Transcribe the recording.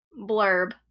blurb